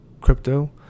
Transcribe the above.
Crypto